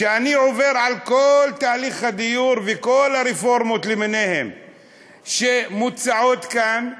כשאני עובר על כל תהליך הדיור וכל הרפורמות למיניהן שמוצעות כאן: